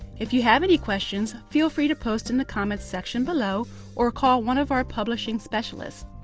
if you have any questions, feel free to post in the comments section below or call one of our publishing specialists.